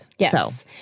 Yes